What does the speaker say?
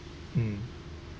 mm